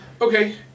Okay